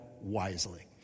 Wisely